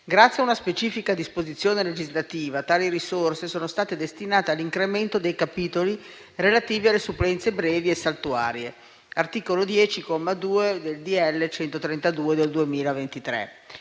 Grazie a una specifica disposizione legislativa, tali risorse sono state destinate all'incremento dei capitoli relativi alle supplenze brevi e saltuarie (articolo 10, comma 2, del